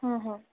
হু হু